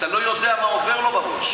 אתה לא יודע מה עובר לו בראש.